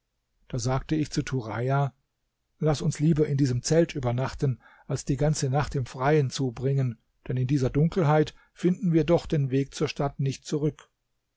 da sagte ich zu turaja laß uns lieber in diesem zelt übernachten als die ganze nacht im freien zubringen denn in dieser dunkelheit finden wir doch den weg zur stadt nicht zurück